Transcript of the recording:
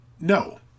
No